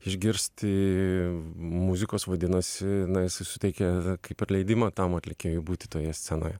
išgirsti muzikos vadinasi jinai su suteikia kaip ir leidimą tam atlikėjui būti toje scenoje